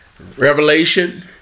Revelation